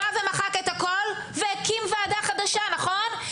בא ומחק את הכל והקים ועדה חדשה נכון כ?